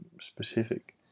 specific